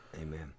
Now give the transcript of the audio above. Amen